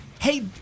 hey